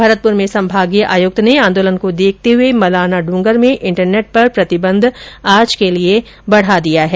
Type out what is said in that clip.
भरतपुर में संभागीय आयुक्त ने आंदोलन को देखते हुए मलारना डूंगर में इंटरनेट पर प्रतिबंध आज के लिये बढ़ा दिया है